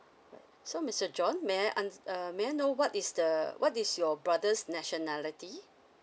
alright so mister john may I und~ err may I know what is the what is your brother's nationality